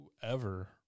whoever